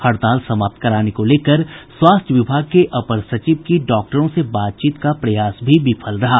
हड़ताल समाप्त कराने को लेकर स्वास्थ्य विभाग के अपर सचिव की डॉक्टरों से बातचीत का प्रयास भी विफल रहा